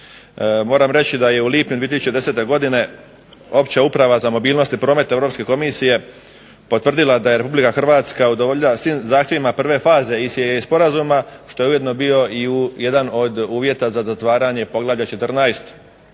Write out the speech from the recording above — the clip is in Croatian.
Moram reći da je u lipnju 2010. godine opća uprava za mobilnost i promet Europske komisije potvrdila da je RH udovoljila svih zahtjeva prve faze ICAA sporazuma što je ujedno bio jedan od uvjeta za zatvaranje poglavlja 14.